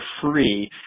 free